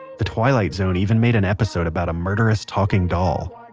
the twilight zone even made an episode about a murderous talking doll.